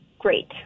Great